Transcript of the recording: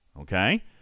okay